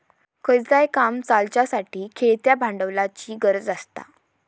खयचाय काम चलाच्यासाठी खेळत्या भांडवलाची गरज आसता